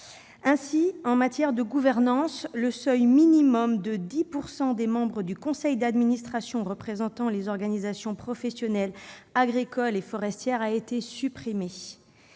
Ainsi, en matière de gouvernance, le seuil minimum de 10 % des membres du conseil d'administration représentant les organisations professionnelles agricoles et forestières a été supprimé.